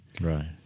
Right